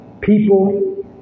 people